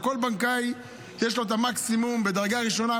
לכל בנקאי יש את המקסימום בדרגה ראשונה,